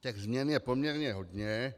Těch změn je poměrně hodně.